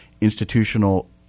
institutional